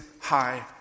high